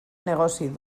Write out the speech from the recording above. negoci